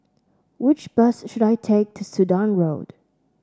which bus should I take to Sudan Road